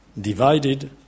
divided